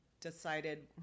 decided